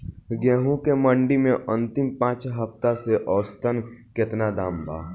गेंहू के मंडी मे अंतिम पाँच हफ्ता से औसतन केतना दाम बा?